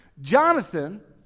Jonathan